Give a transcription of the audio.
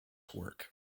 work